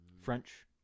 French